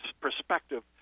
perspective